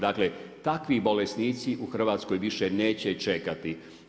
Dakle, takvi bolesnici u Hrvatskoj više neće čekati.